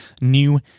new